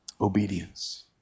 Obedience